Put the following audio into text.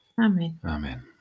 Amen